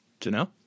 Janelle